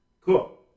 Cool